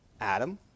adam